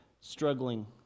struggling